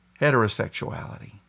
heterosexuality